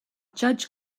judge